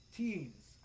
teens